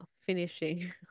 finishing